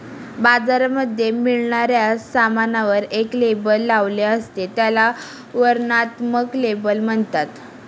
बाजारामध्ये मिळणाऱ्या सामानावर एक लेबल लावलेले असत, त्याला वर्णनात्मक लेबल म्हणतात